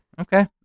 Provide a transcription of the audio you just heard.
Okay